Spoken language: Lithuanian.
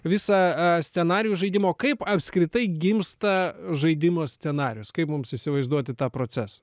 visą scenarijų žaidimo kaip apskritai gimsta žaidimo scenarijus kaip mums įsivaizduoti tą procesą